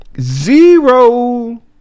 Zero